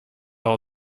all